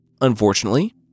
Unfortunately